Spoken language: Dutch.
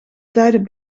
tijden